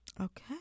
Okay